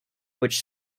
which